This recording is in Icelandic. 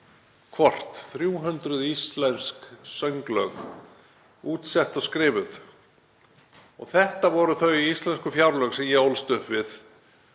hvort, 300 íslensk sönglög útsett og skrifuð. Þetta voru þau íslensku fjárlög sem ég ólst upp við.